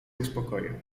uspokoję